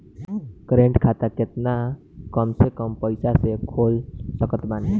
Current खाता केतना कम से कम पईसा से खोल सकत बानी?